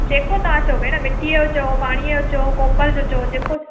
जेको तव्हां चओ भेण मिटी जो चओ पाणीअ जो चओ कोपर जो चओ जेको